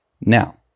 Now